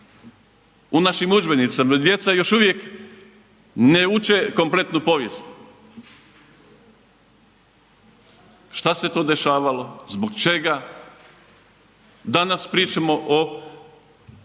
u našim udžbenicima djeca još uvijek ne uče kompletnu povijest. Šta se to dešavalo, zbog čega? Danas pričamo o